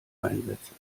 einsetzen